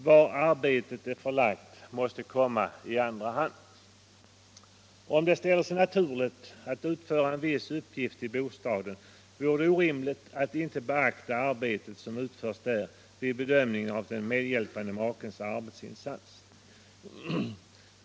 Var arbetet är förlagt måste komma i andra hand. Om det ställer sig naturligt att utföra en viss uppgift i bostaden, vore det orimligt att inte beakta arbete som utförs där vid bedömningen av den medhjälpande makens arbetsinsats.